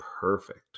perfect